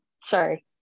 Sorry